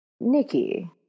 Nikki